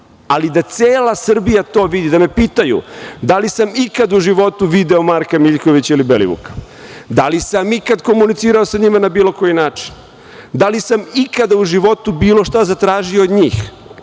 ali da cela Srbija to vidi, da me pitaju – da li sam ikada u životu video Marka Miljkovića ili Belivuka? Da li sam ikada komunicirao sa njima na bilo koji način? Da li sam ikada u životu bilo šta zatražio od njih?